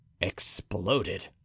exploded